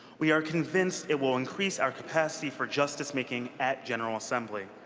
we are convinced it will increase our capacity for justice-making at general assembly.